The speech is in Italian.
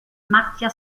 macchia